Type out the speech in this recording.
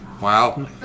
Wow